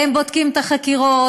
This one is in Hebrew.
הם בודקים את החקירות,